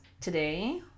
Today